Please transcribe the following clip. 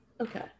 okay